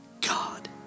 god